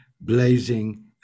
blazing